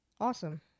Awesome